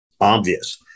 obvious